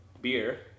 Beer